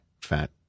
fat